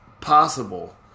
possible